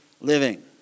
living